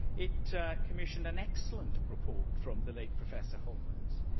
it commissioned an excellent report from the late professor holmans,